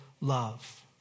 love